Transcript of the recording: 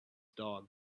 dog